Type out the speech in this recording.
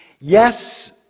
Yes